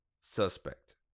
suspect